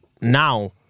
now